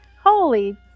Holy